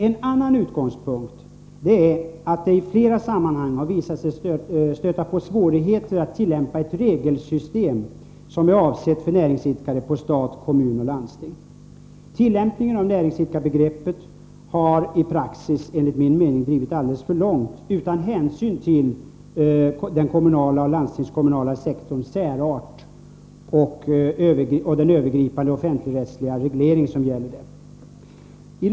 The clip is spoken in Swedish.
En annan utgångspunkt är att det i flera sammanhang visat sig stöta på svårigheter att på stat, kommun och landsting tillämpa regelsystem som är avsett för näringsidkare. Tillämpningen av näringsidkarbegreppet har i praxis enligt min mening drivits alldeles för långt utan hänsyn till den kommunala och landstingskommunala sektorns särart och den övergripande offentligrättsliga reglering som gäller där.